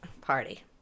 Party